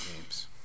games